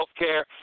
healthcare